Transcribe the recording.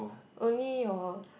only your